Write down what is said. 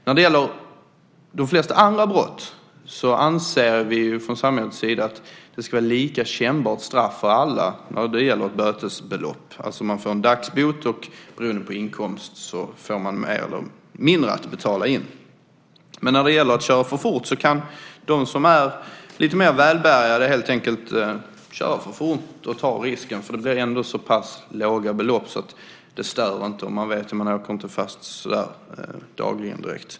När det gäller de flesta andra brott anser vi från samhällets sida att det ska vara ett lika kännbart straff för alla vad gäller bötesbelopp, man får alltså en dagsbot, och beroende på inkomst får man mer eller mindre att betala in. Men när det gäller fortkörning kan de som är lite mer välbärgade helt enkelt ta risken och köra för fort eftersom det ändå blir så pass låga bötesbelopp att det inte stör. Och man vet att man inte åker fast dagligen.